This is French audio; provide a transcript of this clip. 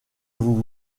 vous